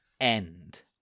End